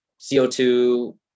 CO2